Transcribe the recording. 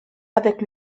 avec